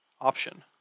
option